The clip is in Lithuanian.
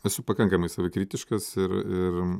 esu pakankamai savikritiškas ir ir